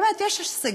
באמת, יש הישגים.